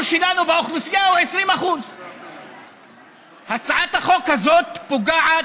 שלנו באוכלוסייה הוא 20%. הצעת החוק הזאת פוגעת,